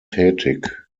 tätig